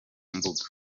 mbuga